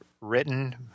written